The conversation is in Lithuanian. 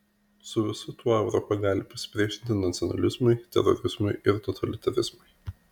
su visu tuo europa gali pasipriešinti nacionalizmui terorizmui ir totalitarizmui